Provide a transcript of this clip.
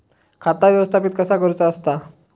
खाता व्यवस्थापित कसा करुचा असता?